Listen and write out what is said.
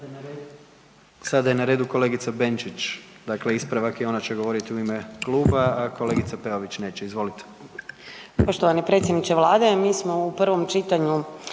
Sada je na redu kolegica Benčić, dakle ispravak je i ona će govoriti u ime kluba, a kolegica Peović neće, izvolite. **Benčić, Sandra (Možemo!)** Poštovani predsjedniče vlade, mi smo u prvom čitanju